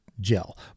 gel